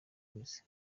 wese